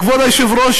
כבוד היושב-ראש